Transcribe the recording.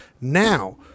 Now